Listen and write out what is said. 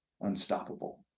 unstoppable